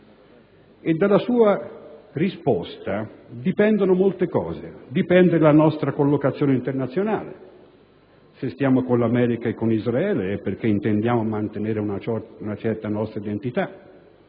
e dalla sua risposta dipendono molte cose. Dipende la nostra collocazione internazionale, perché se stiamo con gli Stati Uniti d'America e con Israele è perché intendiamo mantenere una certa nostra identità;